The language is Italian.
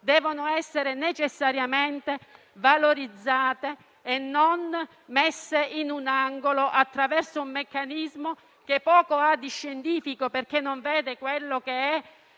devono essere necessariamente valorizzati e non messi in un angolo, attraverso un meccanismo che poco ha di scientifico, perché non vede l'insieme